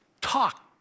talk